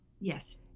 Yes